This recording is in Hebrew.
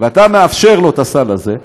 ואתה מאפשר לו את הסל הזה,